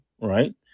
right